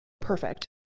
perfect